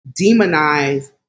demonize